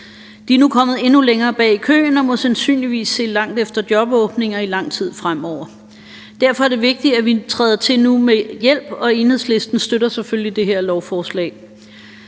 De er nu kommet endnu længere bag i køen og må sandsynligvis se langt efter jobåbninger i lang tid fremover. Derfor er det vigtigt, at vi træder til nu med hjælp, og Enhedslisten støtter selvfølgelig det her lovforslag.